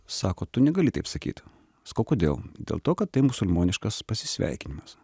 sako tu negali taip sakyt sakau kodėl dėl to kad tai musulmoniškas pasisveikinimas